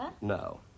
no